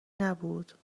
نبود